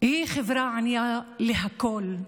היא חברה ענייה לכול.